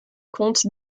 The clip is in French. compte